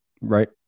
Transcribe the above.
right